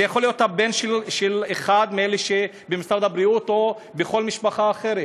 זה יכול להיות הבן של אחד מאלה שבמשרד הבריאות או בכל משפחה אחרת.